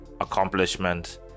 accomplishment